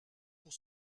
pour